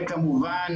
וכמובן